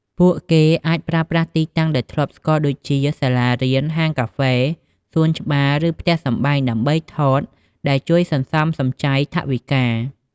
ពួកគេអាចប្រើប្រាស់ទីតាំងដែលធ្លាប់ស្គាល់ដូចជា សាលារៀន ហាងកាហ្វេ សួនច្បារ ឬផ្ទះសម្បែង ដើម្បីថត ដែលជួយសន្សំសំចៃថវិកា។